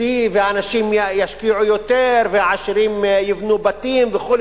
C ואנשים ישקיעו יותר והעשירים יבנו בתים וכו'.